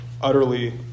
utterly